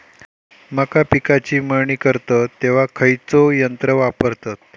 मका पिकाची मळणी करतत तेव्हा खैयचो यंत्र वापरतत?